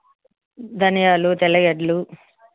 ధనియాలు తెల్లగడ్డలు